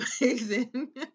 amazing